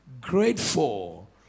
grateful